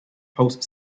post